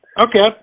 Okay